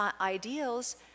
ideals